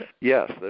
Yes